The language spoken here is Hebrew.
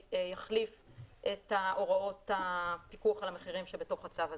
שיחליף את ההוראות הפיקוח על המחירים שבתוך הצו הזה.